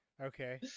okay